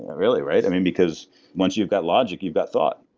really, right? because once you've got logic, you've got thought.